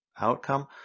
outcome